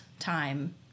time